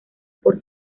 por